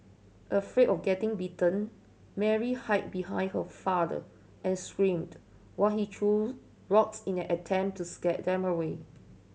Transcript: afraid of getting bitten Mary hid behind her father and screamed while he threw rocks in an attempt to scare them away